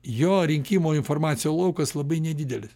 jo rinkimo informacijo laukas labai nedidelis